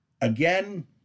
again